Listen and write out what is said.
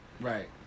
Right